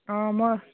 অঁ মই